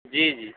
جی جی